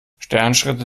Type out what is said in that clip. sternschritte